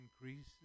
increases